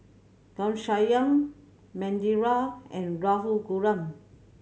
Ghanshyam Manindra and Raghuram